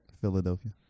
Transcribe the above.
Philadelphia